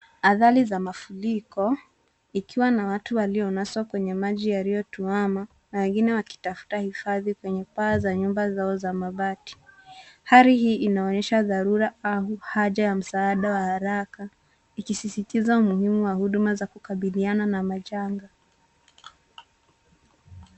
Hatari za mafuriko ikiwa na watu walionaswa kwenye maji yaliyotuama na wengine wakitafuta hifadhi kwenye paa za nyumba zao za mabati. Hali hii inaonyesha dharura au haja ya msaada wa haraka, ikisisitiza umuhimu wa huduma za kukabiliana na majanga.